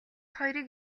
хоёрыг